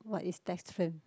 what is test frame